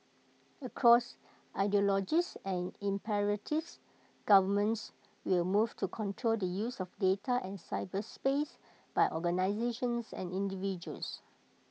across ideologies and imperatives governments will move to control the use of data and cyberspace by organisations and individuals